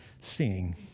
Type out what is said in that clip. seeing